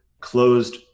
closed